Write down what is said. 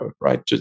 right